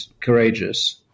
courageous